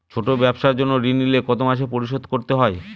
ছোট ব্যবসার জন্য ঋণ নিলে কত মাসে পরিশোধ করতে হয়?